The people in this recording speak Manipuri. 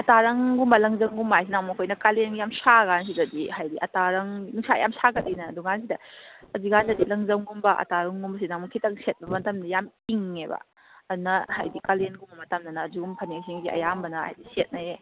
ꯑꯇꯥꯔꯪꯒꯨꯝꯕ ꯂꯪꯖꯝꯒꯨꯝꯕ ꯍꯥꯏꯁꯤꯅ ꯑꯃꯨꯛ ꯑꯩꯈꯣꯏꯅ ꯀꯥꯂꯦꯟꯒꯤ ꯌꯥꯝ ꯁꯥꯔꯀꯥꯟꯁꯤꯗꯗꯤ ꯍꯥꯏꯗꯤ ꯑꯇꯥꯔꯪ ꯅꯨꯡꯁꯥ ꯌꯥꯝ ꯁꯥꯒꯠꯂꯤꯗꯅ ꯑꯗꯨꯀꯥꯟꯁꯤꯗ ꯑꯗꯨꯀꯥꯟꯗꯗꯤ ꯂꯪꯖꯝꯒꯨꯝꯕ ꯑꯇꯥꯔꯪꯒꯨꯝꯕꯁꯤꯅ ꯑꯃꯨꯛ ꯈꯤꯇꯪ ꯁꯦꯠꯄ ꯃꯇꯝꯗ ꯌꯥꯝ ꯏꯪꯉꯦꯕ ꯑꯗꯨꯅ ꯍꯥꯏꯗꯤ ꯀꯥꯂꯦꯟꯒꯨꯝꯕ ꯃꯇꯝꯗꯅ ꯑꯁꯤꯒꯨꯝꯕ ꯐꯅꯦꯛꯁꯤꯡꯁꯦ ꯑꯌꯥꯝꯕꯅ ꯍꯥꯏꯗꯤ ꯁꯦꯠꯅꯩꯌꯦ